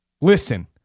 Listen